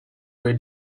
were